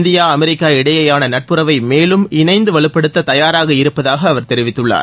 India America இடையேயான நட்புறவை மேலும் இணைந்து வலுப்படுத்த தயாராக இருப்பதாக அவர் தெரிவித்துள்ளார்